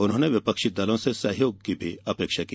उन्होंने विपक्षी दलों से सहयोग की भी अपेक्षा की